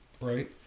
Right